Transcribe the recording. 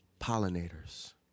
pollinators